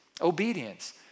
obedience